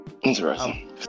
Interesting